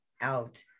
out